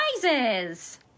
prizes